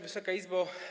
Wysoka Izbo!